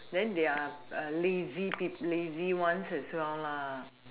then they are uh lazy peo~ lazy ones as well lah